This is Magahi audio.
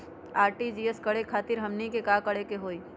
आर.टी.जी.एस करे खातीर हमनी के का करे के हो ई?